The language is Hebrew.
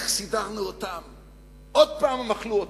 איך סידרנו אותם, עוד פעם הם אכלו אותה,